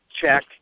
check